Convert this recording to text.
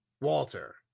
Walter